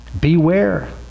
Beware